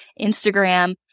Instagram